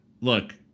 look